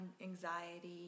anxiety